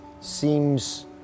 seems